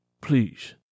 Please